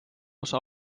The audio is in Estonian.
osa